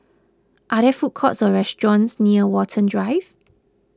are there food courts or restaurants near Watten Drive